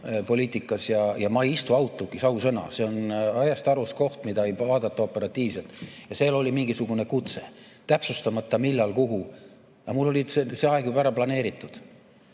poliitikas. Ma ei istu Outlookis, ausõna. See on ajast-arust koht, mida ei vaadata operatiivselt. Ja seal oli mingisugune kutse, täpsustamata, millal ja kuhu. Mul oli see aeg juba ära planeeritud.